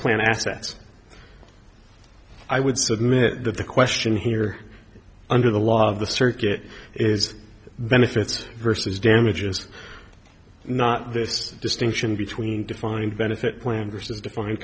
plant assets i would submit that the question here under the law of the circuit is benefits versus damages not this distinction between defined benefit plan versus defined